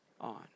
on